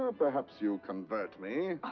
ah perhaps you'll convert me. oh,